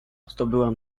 zdobyłam